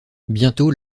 bientôt